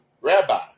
Rabbi